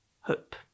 Hope